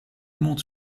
monte